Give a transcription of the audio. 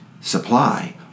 Supply